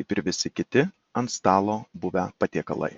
kaip ir visi kiti ant stalo buvę patiekalai